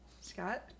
Scott